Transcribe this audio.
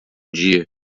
dia